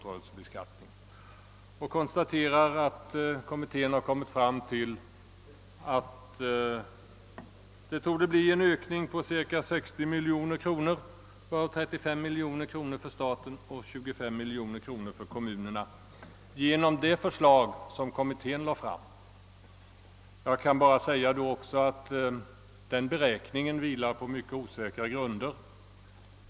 Han konstaterar att kommittén kommit till det resultatet att det torde bli en ökning på cirka 60 000 000 kronor, varav 35 000 000 för staten och 25 000000 för kommunerna genom det förslag som kommittén lagt fram. Jag kan bara säga att den beräkningen vilar på mycket osäkra grunder.